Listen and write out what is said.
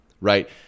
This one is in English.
right